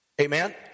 Amen